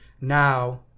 now